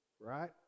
right